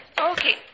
Okay